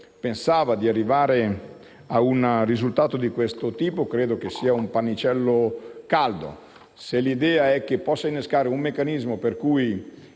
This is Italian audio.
pensava di arrivare a un risultato del genere, credo che sia un pannicello caldo. Se l'idea è che possa innescare un meccanismo per cui